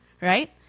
right